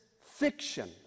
fiction